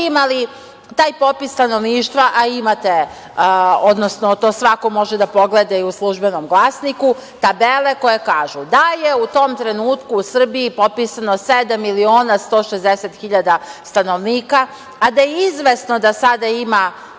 imali taj popis stanovništva, a imate, to svako može da pogleda i u „Službenom glasniku“ tabele koje kažu da je u tom trenutku u Srbiji popisano sedam miliona i 160.000 stanovnika, a da je izvesno da sada ima